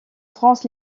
france